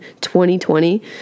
2020